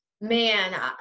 Man